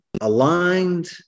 aligned